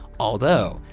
although,